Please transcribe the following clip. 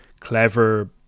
clever